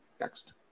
next